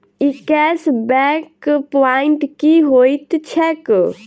ई cash back point की होइत छैक?